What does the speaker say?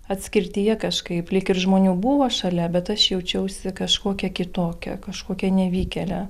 atskirtyje kažkaip lyg ir žmonių buvo šalia bet aš jaučiausi kažkokia kitokia kažkokia nevykėlė